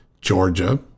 Georgia